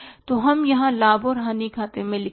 तो हम यहाँ लाभ और हानि खाते से लिखते हैं